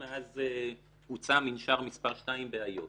מאז הוצא מנשר מס' 2 באיו"ש.